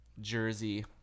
Jersey